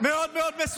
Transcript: אל תבלבל את המוח.